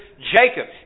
Jacob